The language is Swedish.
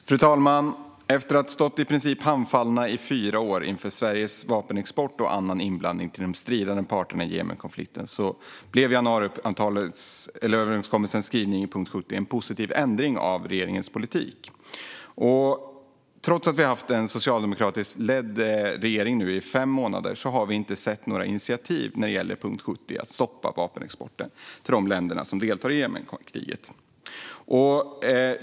Fru talman! Efter att ha stått i princip handfallna i fyra år inför Sveriges vapenexport och annan inblandning när det gäller de stridande parterna i Jemenkonflikten blev januariöverenskommelsens skrivning i punkt 70 en positiv ändring av regeringens politik. Trots att vi har haft en socialdemokratiskt ledd regering i fem månader nu har vi inte sett några initiativ när det gäller punkt 70 och ett stopp för vapenexport till de länder som deltar i Jemenkriget.